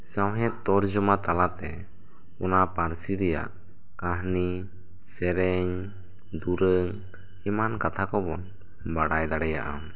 ᱥᱟᱶᱦᱮᱫ ᱛᱚᱨᱡᱚᱢᱟ ᱛᱟᱞᱟᱛᱮ ᱚᱱᱟ ᱯᱟᱹᱨᱥᱤ ᱨᱮᱭᱟᱜ ᱠᱟᱹᱦᱟᱱᱤ ᱥᱮᱨᱮᱧ ᱫᱩᱨᱟᱹᱝ ᱮᱢᱟᱱ ᱠᱟᱛᱷᱟ ᱠᱚᱵᱚᱱ ᱵᱟᱰᱟᱭ ᱫᱟᱲᱮᱭᱟᱜᱼᱟ